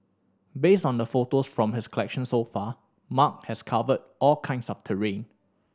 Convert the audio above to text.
based on the photos from his collection so far Mark has covered all kinds of terrain